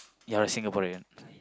ya we Singaporean